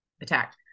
attacked